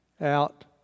out